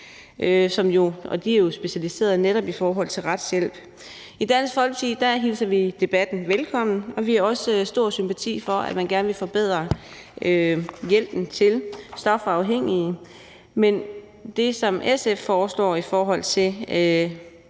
de er jo specialiseret i netop retshjælp. I Dansk Folkeparti hilser vi debatten velkommen, og vi har også stor sympati for, at man gerne vil forbedre hjælpen til stofafhængige. Men det, som SF foreslår, i forhold til